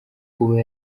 kuba